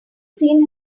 seen